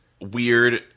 weird